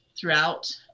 throughout